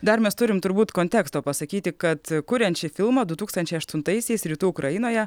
dar mes turim turbūt konteksto pasakyti kad kuriant šį filmą du tūkstančiai aštuntaisiais rytų ukrainoje